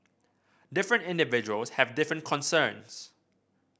different individuals have different concerns